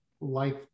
life